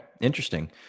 interesting